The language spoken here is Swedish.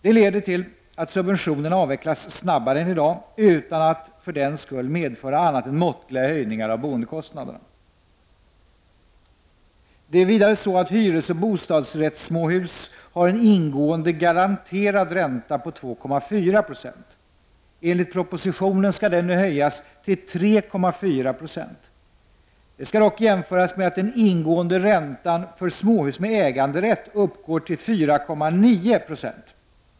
Det leder till att subventionerna avvecklas snabbare än i dag utan att för den skull medföra annat än måttliga höjningar av boendekostnaderna. Det är vidare så att hyresoch bostadsrättssmåhus har en ingående garanterad ränta på 2,4 96. Enligt propositionen skall denna nu höjas till 3,4 96. Det skall dock jämföras med att den ingående räntan för småhus med äganderätt uppgår till 4,9 96.